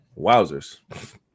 Wowzers